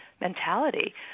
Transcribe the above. mentality